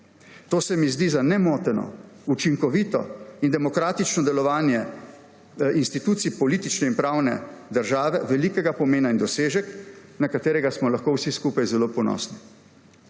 To se mi zdi za nemoteno, učinkovito in demokratično delovanje institucij politične in pravne države velikega pomena in dosežek, na katerega smo lahko vsi skupaj zelo ponosni.